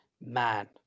man